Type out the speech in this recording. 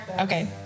Okay